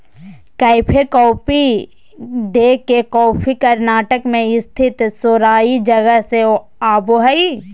cafe Coffee Day के coffee Karnataka मे स्थित सेराई जगह से आवो हय